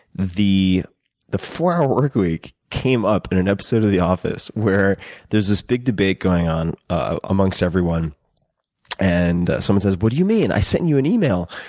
the the four hour work week came up in an episode of the office where there's this big debate going on amongst everyone and someone says, what do you mean? i sent you an email,